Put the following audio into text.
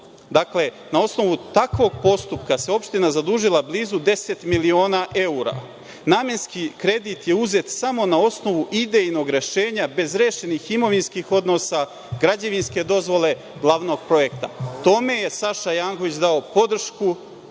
na osnovu takvog postupka se opština zadužila blizu 10 miliona evra. Namenski kredit je uzet samo na osnovu idejnog rešenja bez rešenih imovinskih odnosa, građevinske dozvole glavnog projekta. Tome je Saša Janković dao podršku